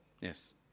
Yes